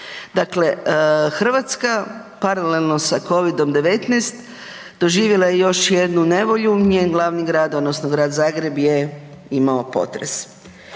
Dakle, Hrvatska paralelno sa Covidom-19 doživjela je još jednu nevolju, njen glavni grad odnosno Grad Zagreb je imao potres.